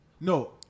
No